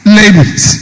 ladies